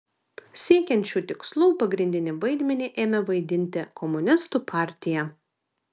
siekiant šių tikslų pagrindinį vaidmenį ėmė vaidinti komunistų partija